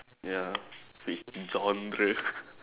ya free genre